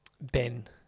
Ben